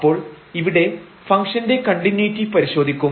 അപ്പോൾ ഇവിടെ ഫംഗ്ഷൻറെ കണ്ടിന്യൂയിറ്റി പരിശോധിക്കും